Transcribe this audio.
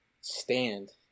stand